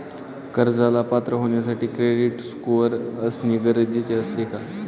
कर्जाला पात्र होण्यासाठी क्रेडिट स्कोअर असणे गरजेचे असते का?